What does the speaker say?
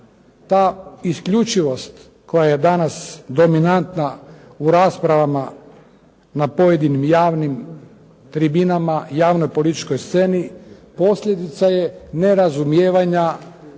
Ta isključivost koja je danas dominantna u raspravama na pojedinim javnim tribinama, javnoj političkoj sceni, posljedica je nerazumijevanja